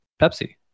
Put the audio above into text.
Pepsi